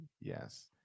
Yes